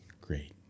great